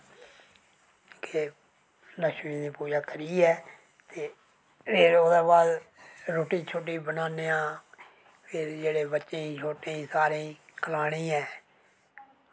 कि लक्ष्मी दी पूजा करियै ते एह्दे कोला बाद रुट्टी बनान्ने आं ते एह् जेह्ड़ा बच्चें ई छोटें ई सारें ई खलानी ऐं